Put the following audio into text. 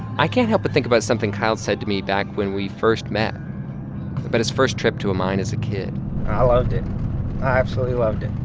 i can't help but think about something kyle said to me back when we first met about but his first trip to a mine as a kid i loved it. i absolutely loved it.